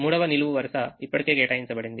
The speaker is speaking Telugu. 3వనిలువు వరుస ఇప్పటికే కేటాయించబడింది